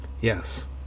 yes